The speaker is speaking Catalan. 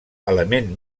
element